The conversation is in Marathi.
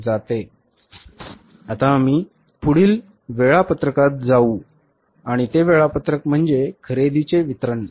आता आम्ही पुढील वेळापत्रकात जाऊ आणि ते वेळापत्रक म्हणजे खरेदीचे वितरण